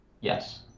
Yes